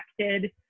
affected